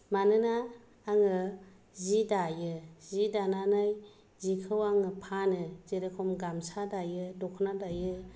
मानोना आङो जि दायो जि दानानै जिखौ आङो फानो जेरखम गामसा दायो दख'ना दायो